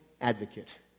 advocate